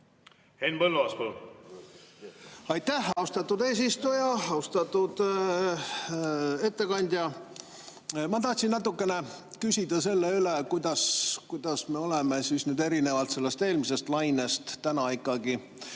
Henn Põlluaas, palun! Aitäh, austatud eesistuja! Austatud ettekandja! Ma tahtsin natukene küsida selle kohta, kuidas me oleme erinevalt sellest eelmisest lainest täna ikkagi